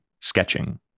sketching